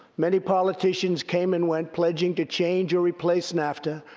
many politicians came and went, pledging to change or replace nafta,